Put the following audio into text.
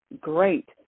great